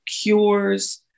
cures